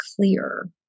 clear